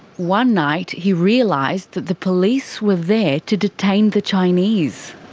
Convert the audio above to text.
one night he realised that the police were there to detain the chinese.